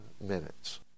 minutes